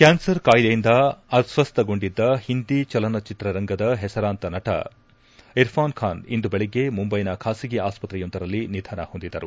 clans ಕಾಯಿಲೆಯಿಂದ ಅಸ್ತಸ್ತಗೊಂಡಿದ್ದ ಹಿಂದಿ ಚಲನಚಿತ್ರರಂಗದ ಹೆಸರಾಂತ ನಟ ಇರ್ಫಾನ್ ಖಾನ್ ಇಂದು ಬೆಳಿಗ್ಗೆ ಮುಂಬೈನ ಖಾಸಗಿ ಆಸ್ಪತ್ರೆಯೊಂದರಲ್ಲಿ ನಿಧನ ಹೊಂದಿದರು